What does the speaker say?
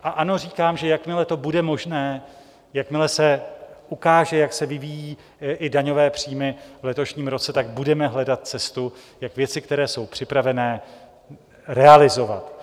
A ano, říkám, že jakmile to bude možné, jakmile se ukáže, jak se vyvíjejí i daňové příjmy v letošním roce, tak budeme hledat cestu, jak věci, které jsou připravené, realizovat.